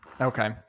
Okay